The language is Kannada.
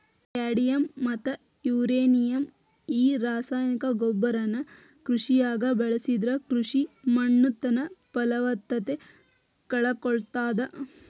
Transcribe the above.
ಕ್ಯಾಡಿಯಮ್ ಮತ್ತ ಯುರೇನಿಯಂ ಈ ರಾಸಾಯನಿಕ ಗೊಬ್ಬರನ ಕೃಷಿಯಾಗ ಬಳಸಿದ್ರ ಕೃಷಿ ಮಣ್ಣುತನ್ನಪಲವತ್ತತೆ ಕಳಕೊಳ್ತಾದ